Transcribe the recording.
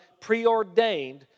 preordained